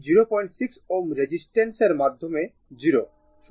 তো কারেন্ট এই 06 Ω রেজিস্টেন্স এর মাধ্যমে 0